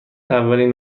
اولین